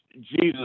Jesus